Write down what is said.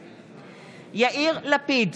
לפיד,